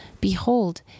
Behold